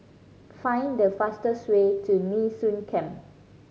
find the fastest way to Nee Soon Camp